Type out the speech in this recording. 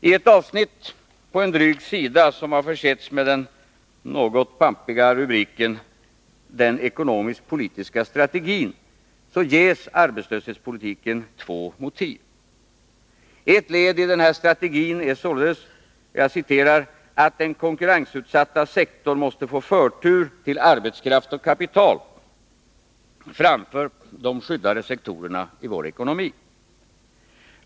I ett avsnitt på en dryg sida, som försetts med den något pampiga rubriken Den ekonomisk-politiska strategin, ges arbetslöshetspolitiken två motiv. Ett led i strategin är således ”att den konkurrensutsatta sektorn måste få förtur till arbetskraft och kapital framför de skyddade sektorerna i vår ekonomi”.